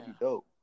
dope